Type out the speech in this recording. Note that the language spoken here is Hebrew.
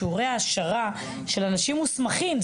שיעורי העשרה של אנשים מוסמכים.